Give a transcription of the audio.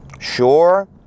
Sure